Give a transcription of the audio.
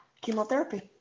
chemotherapy